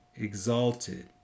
exalted